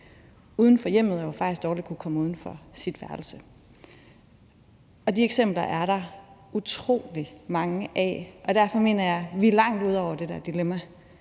uden for hjemmet og faktisk dårligt kunne komme uden for sit værelse. De eksempler er der utrolig mange af, og derfor mener jeg, at vi er langt ude over det der dilemma.